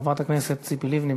חברת הכנסת ציפי לבני,